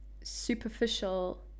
superficial